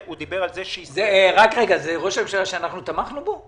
שיש שם תוכניות לקווי דלק דואליים לתוך תחנות כוח.